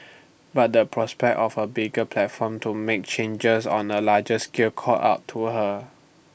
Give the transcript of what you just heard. but the prospect of A bigger platform to make changes on A larger scale called out to her